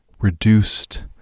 reduced